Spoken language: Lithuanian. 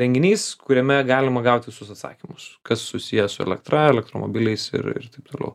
renginys kuriame galima gaut visus atsakymus kas susiję su elektra elektromobiliais ir ir taip toliau